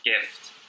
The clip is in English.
gift